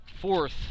fourth